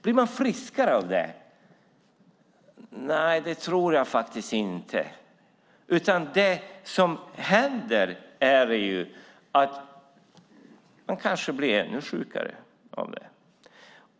Blir man friskare av det? Nej, det tror jag faktiskt inte, utan man kanske blir ännu sjukare av det.